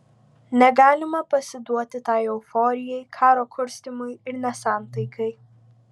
negalima pasiduoti tai euforijai karo kurstymui ir nesantaikai